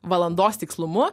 valandos tikslumu